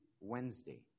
Wednesday